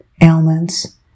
ailments